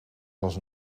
was